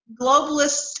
globalists